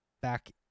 back